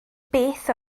beth